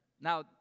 Now